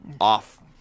off